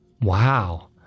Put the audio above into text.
wow